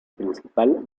principal